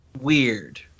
weird